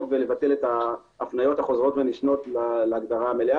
ולבטל את ההפניות החוזרות ונשנות להגדרה המלאה,